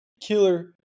killer